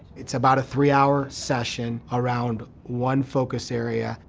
it's about a three hour session around one focus area.